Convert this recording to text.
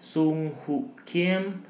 Song Hoot Kiam